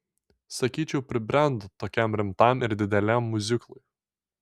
sakyčiau pribrendo tokiam rimtam ir dideliam miuziklui